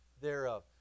thereof